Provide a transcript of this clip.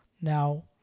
Now